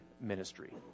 ministry